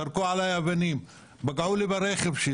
זרקו עליי אבנים, פגעו לי ברכב,